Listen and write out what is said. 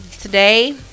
today